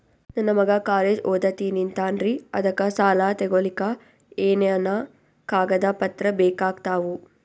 ನನ್ನ ಮಗ ಕಾಲೇಜ್ ಓದತಿನಿಂತಾನ್ರಿ ಅದಕ ಸಾಲಾ ತೊಗೊಲಿಕ ಎನೆನ ಕಾಗದ ಪತ್ರ ಬೇಕಾಗ್ತಾವು?